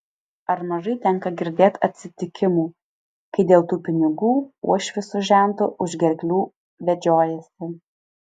ar mažai tenka girdėt atsitikimų kai dėl tų pinigų uošvis su žentu už gerklių vedžiojasi